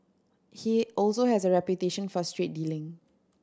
he also has a reputation for straight dealing